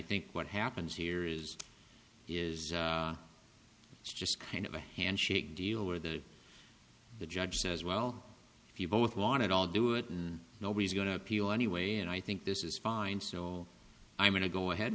think what happens here is is it's just kind of a handshake deal where the the judge says well if you both want it all do it and nobody's going to appeal anyway and i think this is fine so i'm going to go ahead